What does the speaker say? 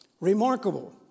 Remarkable